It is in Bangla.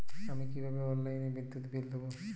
আমি কিভাবে অনলাইনে বিদ্যুৎ বিল দেবো?